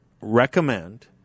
recommend